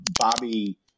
Bobby